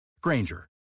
Granger